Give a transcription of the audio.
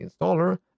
installer